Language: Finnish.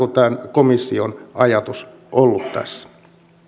komission ajatus ollut tässä